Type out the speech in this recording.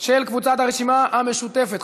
של קבוצת הרשימה המשותפת.